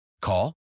Call